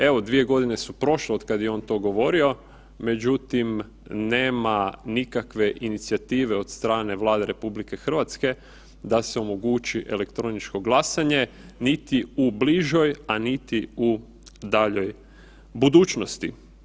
Evo dvije godine su prošle od kada je on to govorio, međutim nema nikakve inicijative od strane Vlade RH da se omogući elektroničko glasanje, niti u bližoj, a niti u daljoj budućnosti.